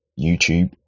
YouTube